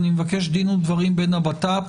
אני מבקש דין ודברים בין הבט"פ